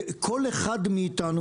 כל אחד מאיתנו,